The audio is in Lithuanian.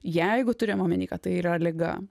jeigu turim omeny kad tai yra liga